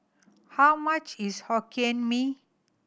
how much is Hokkien Mee